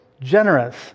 generous